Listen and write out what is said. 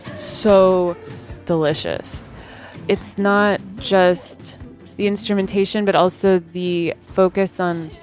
so delicious it's not just the instrumentation, but also the focus on